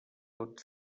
tot